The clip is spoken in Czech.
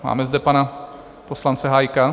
Máme zde pana poslance Hájka?